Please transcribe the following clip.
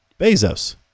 Bezos